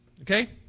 Okay